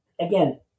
again